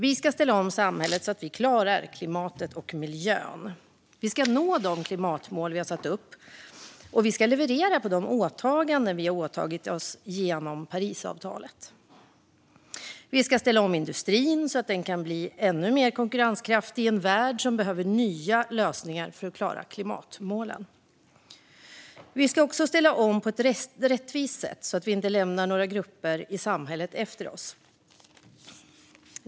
Vi ska ställa om samhället så att vi klarar klimatet och miljön. Vi ska nå de klimatmål som vi har satt upp, och vi ska leverera det som vi har åtagit oss genom Parisavtalet. Vi ska ställa om industrin så att den kan bli ännu mer konkurrenskraftig i en värld som behöver nya lösningar för att klara klimatmålen. Vi ska också ställa om på ett rättvist sätt, så att vi inte lämnar några grupper i samhället efter oss.